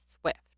Swift